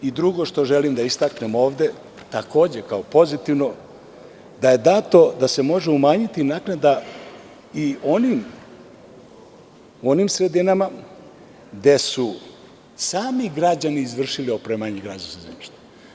Drugo što želim da istaknem ovde, takođe kao pozitivno, da je dato da se može umanjiti naknada i onim sredinama gde su sami građani izvršili opremanje građevinskog zemljišta.